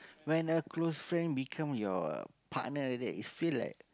when a close friend become your partner that you feel like